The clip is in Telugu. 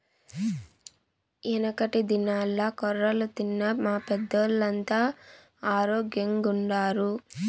యెనకటి దినాల్ల కొర్రలు తిన్న మా పెద్దోల్లంతా ఆరోగ్గెంగుండారు